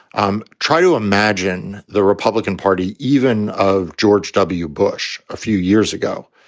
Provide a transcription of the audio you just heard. um try to imagine the republican party, even of george w. bush a few years ago,